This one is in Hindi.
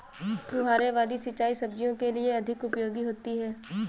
फुहारे वाली सिंचाई सब्जियों के लिए अधिक उपयोगी होती है?